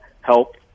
help